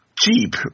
jeep